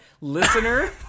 Listener